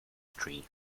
tree